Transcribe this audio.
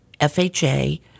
FHA